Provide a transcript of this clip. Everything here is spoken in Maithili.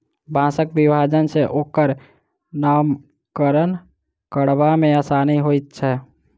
बाँसक विभाजन सॅ ओकर नामकरण करबा मे आसानी होइत छै